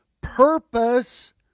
purpose